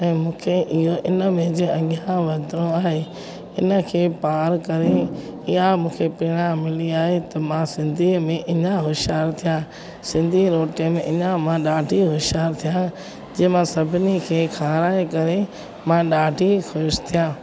ऐं मूंखे इअं हिन में ज अॻिया वधिणो आहे हिनखे पार करे या मूंखे पिणा मिली आहे त मां सिंधी में अञा होशियारु थिया सिंधी रोटीअ में अञा मां ॾाढी होशियारु थिया जीअं मां सभिनी खे खाराए करे मां ॾाढी ख़ुशि थिया